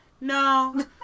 No